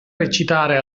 recitare